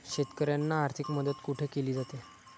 शेतकऱ्यांना आर्थिक मदत कुठे केली जाते?